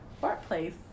workplace